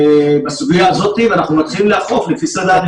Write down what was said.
בסוגיה הזאת ואנחנו מתחילים לאכוף לפי סדר העדיפות.